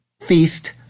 Feast